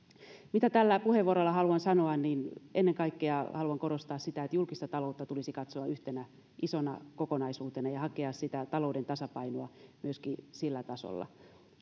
mitä tällä puheenvuorolla haluan sanoa niin ennen kaikkea haluan korostaa sitä että julkista taloutta tulisi katsoa yhtenä isona kokonaisuutena ja hakea sitä talouden tasapainoa myöskin sillä tasolla